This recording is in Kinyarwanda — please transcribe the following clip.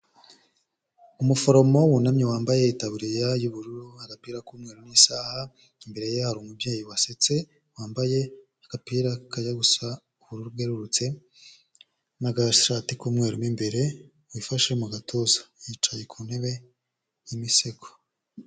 Umuforomo wunamye wambaye itaburiya y'ubururu agapira k'umweru n'isaha, imbere ye hari umubyeyi wasetse wambaye agapira kajya gusa ubururu bwerurutse n'agashati k'umweru mo imbere wifashe mu gatuza, yicaye ku ntebe y'imisego.